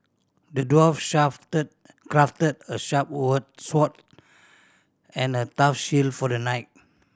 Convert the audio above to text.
the dwarf crafted a sharp word sword and a tough shield for the knight